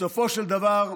בסופו של דבר,